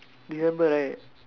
December right